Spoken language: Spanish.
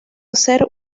hacer